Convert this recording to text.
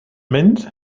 mynd